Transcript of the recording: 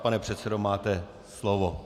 Pane předsedo, máte slovo.